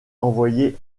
envoyé